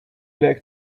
like